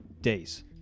days